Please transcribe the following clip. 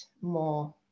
more